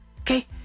Okay